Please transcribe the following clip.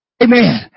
Amen